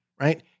right